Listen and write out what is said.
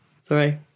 Sorry